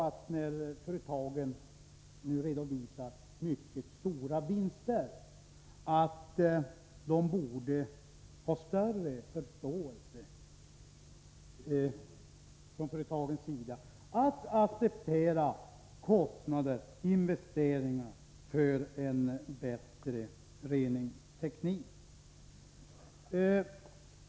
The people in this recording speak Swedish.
Men när företagen nu redovisar mycket stora vinster tycker man ändå att de kunde visa större beredvillighet att acceptera kostnader för en bättre reningsteknik.